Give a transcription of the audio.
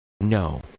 No